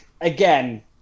again